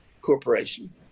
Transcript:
corporation